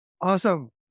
Awesome